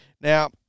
Now